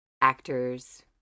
actors